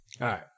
right